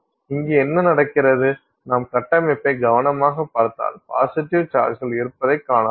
இங்கே என்ன நடக்கிறது நாம் கட்டமைப்பை கவனமாகப் பார்த்தால் பாசிட்டிவ் சார்ஜ்கள் இருப்பதைக் காணலாம்